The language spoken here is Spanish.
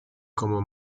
como